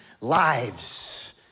lives